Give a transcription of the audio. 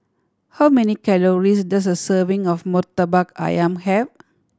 how many calories does a serving of Murtabak Ayam have